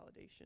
validation